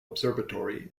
observatory